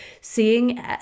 seeing